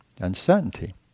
Uncertainty